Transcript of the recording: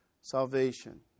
salvation